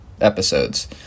episodes